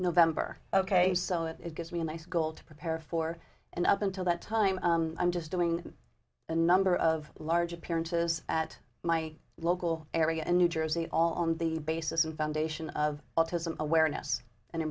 november ok so it gives me a nice goal to prepare for and up until that time i'm just doing a number of large appearances at my local area in new jersey all on the basis and foundation of autism awareness and